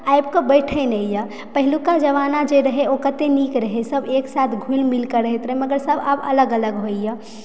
आबिके बैठय नहिए पहिलुका जमाना जे रहय ओ कतय नीक रहय सभ एक साथ घुलि मिलकऽ रहैत रहय मगर सभ आब अलग अलग होइए